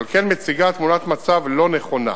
ועל כן מציגה תמונת מצב לא נכונה.